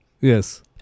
Yes